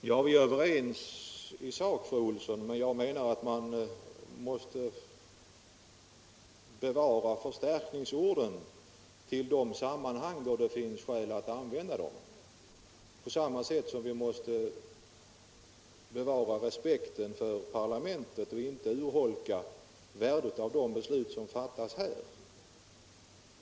Herr talman! I sak är fru Olsson i Hölö och jag överens, men jag menar att vi måste reservera förstärkningsorden för sådana sammanhang där det finns orsak att använda dem — på samma sätt som vi måste bevara respekten för parlamentet och inte urholka värdet av de beslut som här fattas genom att upprepa samma sak utan ändringar.